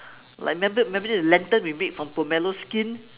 like remember remember the lantern we made from pomelo skin